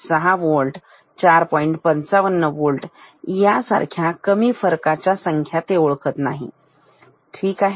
55 volt यासारख्या कमी फरकाचा संख्या ओळखत नाही ठीक आहे